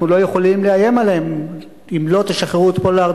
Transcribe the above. אנחנו לא יכולים לאיים עליהם: אם לא תשחררו את פולארד,